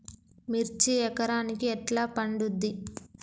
మిర్చి ఎకరానికి ఎట్లా పండుద్ధి?